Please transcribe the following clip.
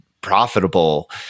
profitable